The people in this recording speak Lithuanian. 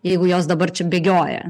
jeigu jos dabar čia bėgioja